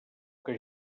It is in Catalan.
que